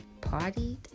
Partied